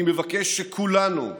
אני מבקש שכולנו,